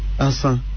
answer